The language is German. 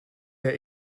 der